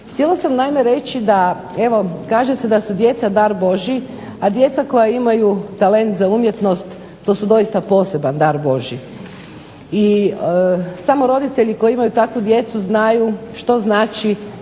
Htjela sam naime reći da evo kaže se da su djeca dar Božji, a djeca koja imaju talent za umjetnost to su doista poseban dar Božji i samo roditelji koji imaju takvu djecu znaju što znači